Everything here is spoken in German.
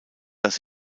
das